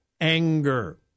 anger